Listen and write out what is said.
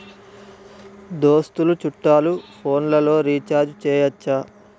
దోస్తులు చుట్టాలు ఫోన్లలో రీఛార్జి చేయచ్చా?